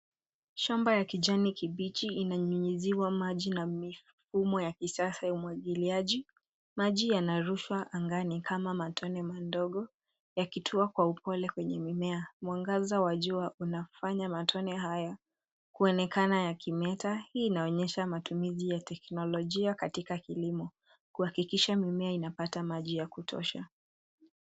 Shamba ya kijani kibichi inanyunyiziwa maji na mifumo ya kisasa ya umwagiliaji. Maji yanarushwa angani kama matone madogo yakitua kwa upole kwenye mimea. Mwangaza wa jua unafanya matone hayo kuonekana yakimeta. Hii inaonyesha matumizi ya teknolojia katika kilimo kuhakikisha mimea inapata maji ya kutosha.